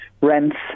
rents